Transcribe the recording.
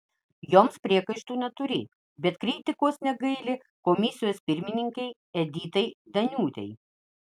joms priekaištų neturi bet kritikos negaili komisijos pirmininkei editai daniūtei